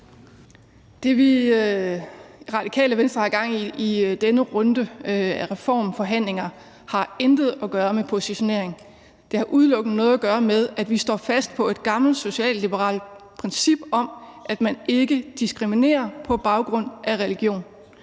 Det, vi i Radikale Venstre har gang i i denne runde af reformforhandlinger, har intet at gøre med positionering. Det har udelukkende noget at gøre med, at vi står fast på et gammelt social-liberalt princip om, at man ikke diskriminerer på baggrund af religion.